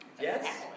Yes